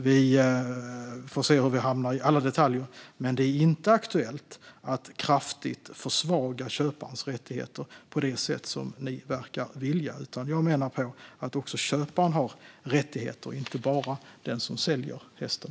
Vi får se hur vi hamnar i alla detaljer, men det är inte aktuellt att kraftigt försvaga köparens rättigheter på det sätt som ni verkar vilja. Jag menar att också köparen har rättigheter och inte bara den som säljer hästen.